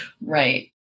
right